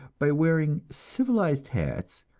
by wearing civilized hats,